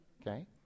Okay